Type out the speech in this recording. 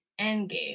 endgame